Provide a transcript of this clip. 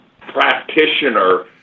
practitioner